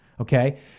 Okay